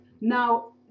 Now